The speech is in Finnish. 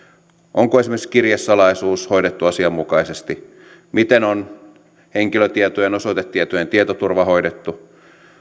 onko esimerkiksi kirjesalaisuus hoidettu asianmukaisesti miten on henkilötietojen osoitetietojen tietoturva hoidettu